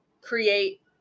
create